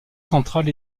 centrale